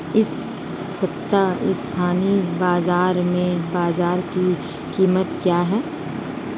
इस सप्ताह स्थानीय बाज़ार में बाजरा की कीमत क्या है?